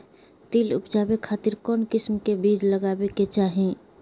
तिल उबजाबे खातिर कौन किस्म के बीज लगावे के चाही?